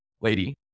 lady